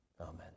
Amen